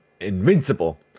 invincible